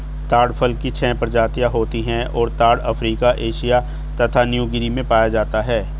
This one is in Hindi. ताड़ फल की छह प्रजातियाँ होती हैं और ताड़ अफ्रीका एशिया तथा न्यूगीनी में पाया जाता है